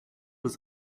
des